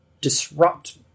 disrupt